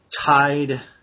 tied